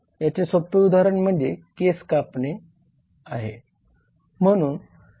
याचे सोपे उदाहरण म्हणजे केस कापणे आहे